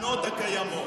לתחנות הקיימות.